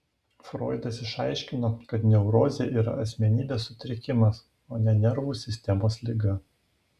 froidas išaiškino kad neurozė yra asmenybės sutrikimas o ne nervų sistemos liga